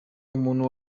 umuntu